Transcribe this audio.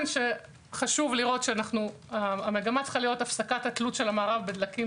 המגמה צריכה להיות הפסקת התלות של המערב בדלקים